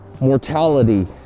mortality